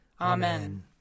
Amen